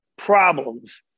problems